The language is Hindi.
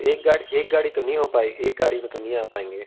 एक गाड़ी एक गाड़ी तो नहीं हो पाए एक गाड़ी में तो नहीं आ पाएंगे